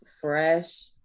fresh